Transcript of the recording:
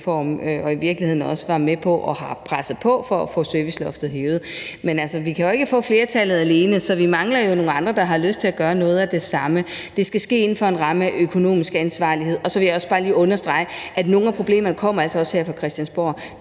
og i virkeligheden var vi også med på og pressede på for at få serviceloftet hævet. Men altså, vi kan jo ikke få flertallet alene. Så vi mangler nogle andre, der har lyst til at gøre noget af det samme. Det skal ske inden for en ramme af økonomisk ansvarlighed. Og så vil jeg også bare lige understrege, at nogle af problemerne altså også kommer fra Christiansborgs